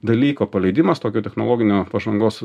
dalyko paleidimas tokio technologinio pažangos